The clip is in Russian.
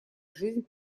жизнь